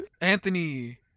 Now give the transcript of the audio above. Anthony